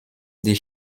die